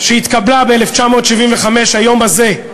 שהתקבלה ב-1975, ביום הזה,